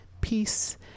Peace